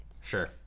Sure